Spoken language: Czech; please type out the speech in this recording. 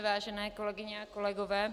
Vážené kolegyně a kolegové.